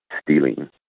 stealing